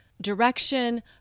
direction